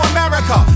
America